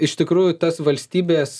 iš tikrųjų tas valstybės